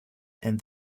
and